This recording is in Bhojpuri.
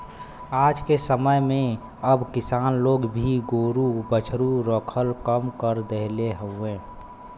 आजके समय में अब किसान लोग भी गोरु बछरू रखल कम कर देहले हउव